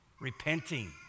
Repenting